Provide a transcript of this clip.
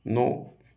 नौ